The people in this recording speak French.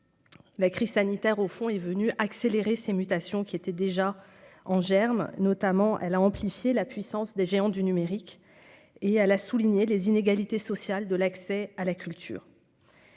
La crise sanitaire, au fond, est venue accélérer ces mutations qui était déjà en germe notamment elle à amplifier la puissance des géants du numérique et à la souligné les inégalités sociales, de l'accès à la culture.